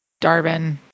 Darvin